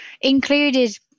included